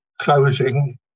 closing